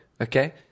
Okay